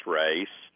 race